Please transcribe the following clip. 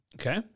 Okay